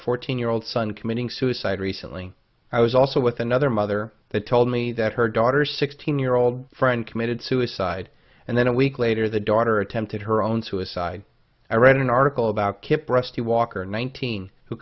fourteen year old son committing suicide recently i was also with another mother that told me that her daughter's sixteen year old friend committed suicide and then a week later the daughter attempted her own suicide i read an article about kip rusty walker in